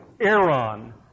Aaron